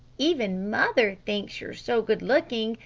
even mother thinks you're so good-looking.